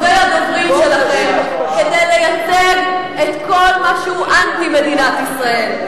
שלחתם את טובי הדוברים שלכם כדי לייצג את כל מה שהוא אנטי מדינת ישראל.